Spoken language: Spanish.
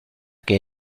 que